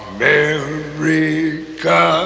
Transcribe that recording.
America